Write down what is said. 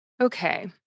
Okay